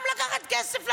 גם לקחת כסף לרבנים,